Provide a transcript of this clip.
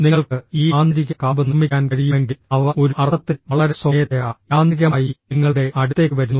നിങ്ങൾക്ക് ഈ ആന്തരിക കാമ്പ് നിർമ്മിക്കാൻ കഴിയുമെങ്കിൽ അവ ഒരു അർത്ഥത്തിൽ വളരെ സ്വമേധയാ യാന്ത്രികമായി നിങ്ങളുടെ അടുത്തേക്ക് വരുന്നു